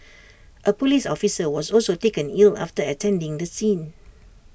A Police officer was also taken ill after attending the scene